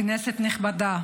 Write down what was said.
כנסת נכבדה,